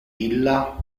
illa